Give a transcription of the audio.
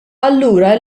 allura